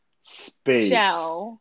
space